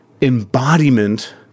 embodiment